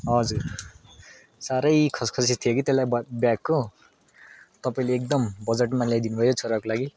हजुर साह्रै खसखसी थियो कि त्यसलाई बग ब्यागको तपाईँले एकदम बजेटमा ल्याइदिनुभयो छोराको लागि